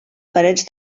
parets